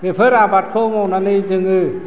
बेफोर आबादखौ मावनानै जोङो